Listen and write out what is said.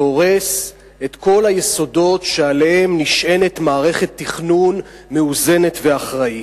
שהורס את כל היסודות שעליהם נשענת מערכת תכנון מאוזנת ואחראית.